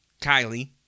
Kylie